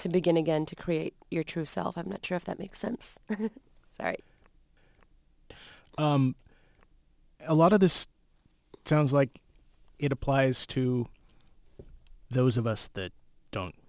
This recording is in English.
to begin again to create your true self i'm not sure if that makes sense right a lot of this sounds like it applies to those of us that don't